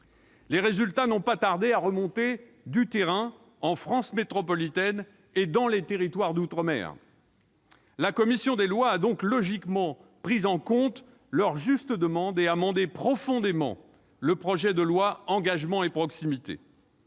Les résultats n'ont pas tardé à remonter du terrain, en France métropolitaine et dans les territoires d'outre-mer. La commission des lois a donc logiquement pris en compte leurs justes demandes et amendé profondément le projet de loi Engagement et proximité.